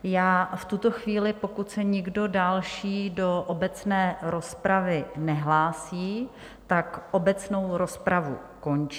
V tuto chvíli, pokud se nikdo další do obecné rozpravy nehlásí, obecnou rozpravu končím.